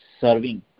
serving